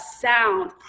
sound